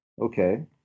Okay